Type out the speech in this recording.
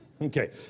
Okay